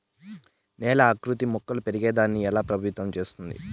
నేల ఆకృతి మొక్కలు పెరిగేదాన్ని ఎలా ప్రభావితం చేస్తుంది?